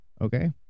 Okay